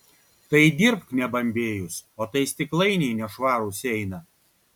tai dirbk nebambėjus o tai stiklainiai nešvarūs eina